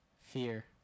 fear